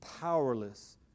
powerless